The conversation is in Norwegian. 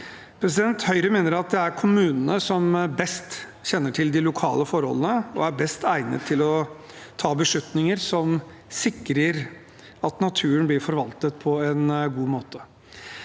Høyre mener at det er kommunene som best kjenner til de lokale forholdene og er best egnet til å ta beslutninger som sikrer at naturen blir forvaltet på en god måte.